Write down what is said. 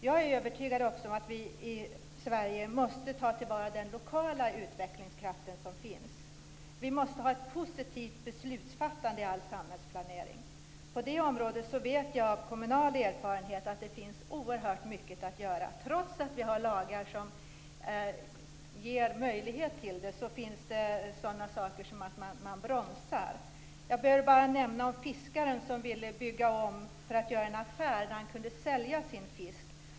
Jag är också övertygad om att vi i Sverige måste ta till vara den lokala utvecklingskraft som finns. Vi måste ha ett positivt beslutsfattande i all samhällsplanering. På det området vet jag av kommunal erfarenhet att det finns oerhört mycket att göra. Trots att vi har lagar som ger möjlighet till det finns det saker som bromsar. Jag behöver bara nämna fiskaren som ville bygga om för att göra en affär där han kunde sälja sin fisk.